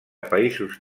països